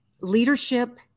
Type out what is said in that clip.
Leadership